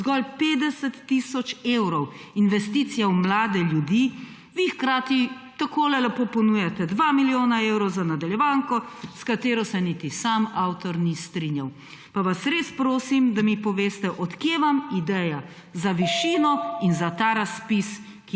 zgolj 50 tisoč evrov – investicija v mlade ljudi –, vi hkrati takole lepo ponujate dva milijona evrov za nadaljevanko, s katero se niti sam avtor ni strinjal. Pa vas res prosim, da mi poveste: Od kod vam ideja za višino in za ta razpis,